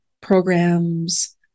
programs